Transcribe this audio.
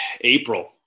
April